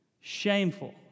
Shameful